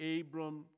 Abram